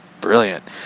brilliant